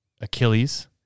Achilles